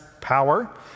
power